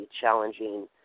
challenging